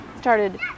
started